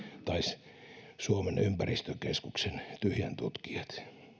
tai suomen ympäristökeskuksen tyhjäntutkijat